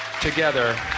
together